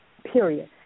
Period